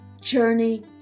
Journey